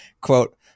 quote